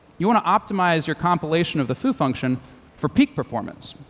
you want to optimize your compilation of the foo function for peak performance.